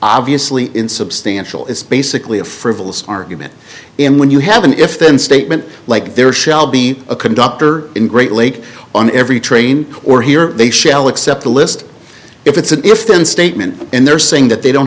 obviously insubstantial is basically a frivolous argument and when you have an if then statement like there shall be a conductor in great lake on every train or here they shall accept the list if it's an if then statement and they're saying that they don't